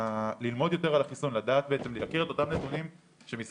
ללמוד יותר על החיסון ולהכיר את אותם נתונים שמשרד